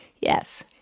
Yes